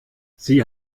sie